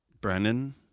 Brennan